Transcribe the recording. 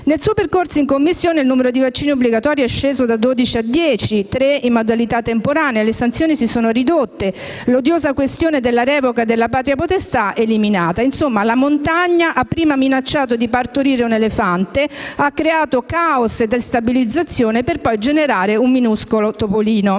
Nel suo percorso in Commissione il numero di vaccini obbligatori è sceso da dodici a dieci, di cui tre in modalità temporanea; le sanzioni si sono ridotte e l'odiosa questione della revoca della patria potestà è stata eliminata. Insomma, la montagna ha prima minacciato di partorire un elefante e ha creato *caos* e destabilizzazione, per poi generare un minuscolo topolino.